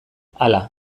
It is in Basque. hala